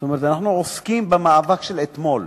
זאת אומרת, אנחנו עוסקים במאבק של אתמול.